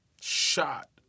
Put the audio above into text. shot